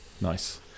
Nice